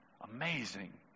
amazing